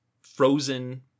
frozen